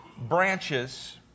branches